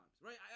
right